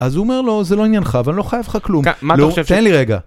אז הוא אומר לו זה לא עניינך ואני לא חייב לך כלום, תן לי רגע.